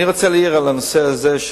אני רוצה להעיר על הנושא הזה,